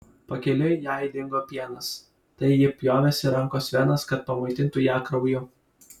pakeliui jai dingo pienas tai ji pjovėsi rankos venas kad pamaitintų ją krauju